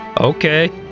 Okay